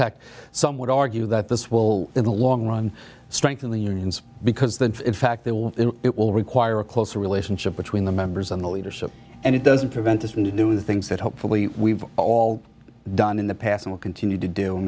fact some would argue that this will in the long run strengthen the unions because then in fact they will it will require a closer relationship between the members and the leadership and it doesn't prevent us from doing the things that hopefully we've all done in the past and will continue to do